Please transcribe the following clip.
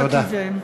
תודה.